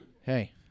Hey